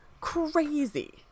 crazy